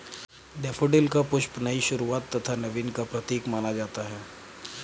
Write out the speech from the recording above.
daffodil का पुष्प नई शुरुआत तथा नवीन का प्रतीक माना जाता है